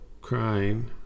crying